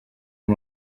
amb